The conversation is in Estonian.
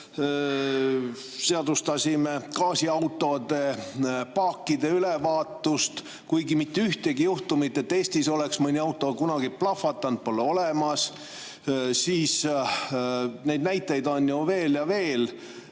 seadustasime gaasiautode paakide ülevaatuse, kuigi mitte ühtegi juhtumit, et Eestis oleks mõni auto kunagi plahvatanud, pole. Neid näiteid on veel ja veel.